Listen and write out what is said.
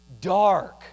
dark